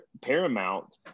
paramount